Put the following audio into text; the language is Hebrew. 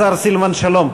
השר סילבן שלום.